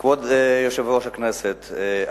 כבוד יושב-ראש הכנסת,